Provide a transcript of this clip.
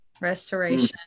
Restoration